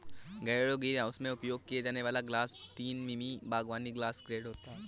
घरेलू ग्रीनहाउस में उपयोग किया जाने वाला ग्लास तीन मिमी बागवानी ग्लास ग्रेड होता है